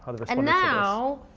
ah and now,